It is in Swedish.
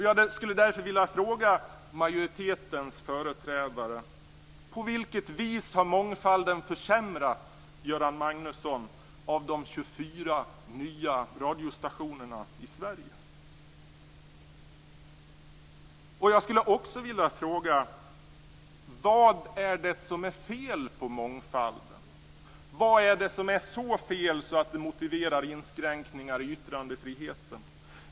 Jag vill därför fråga majoritetens företrädare: På vilket vis har mångfalden försämrats av de Jag vill också fråga: Vad är det som är fel med mångfald? Vad är det för stort fel som motiverar inskränkningar i yttrandefriheten?